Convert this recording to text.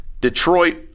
Detroit